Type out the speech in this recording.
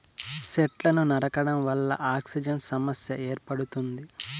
సెట్లను నరకడం వల్ల ఆక్సిజన్ సమస్య ఏర్పడుతుంది